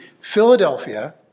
Philadelphia